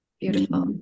Beautiful